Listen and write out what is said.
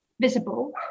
visible